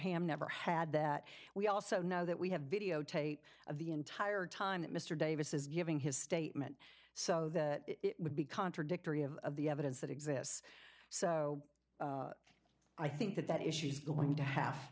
never had that we also know that we have videotape of the entire time that mr davis is giving his statement so that it would be contradictory of the evidence that exists so i think that that is she's going to have